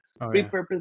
repurpose